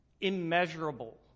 immeasurable